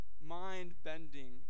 mind-bending